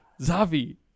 Zavi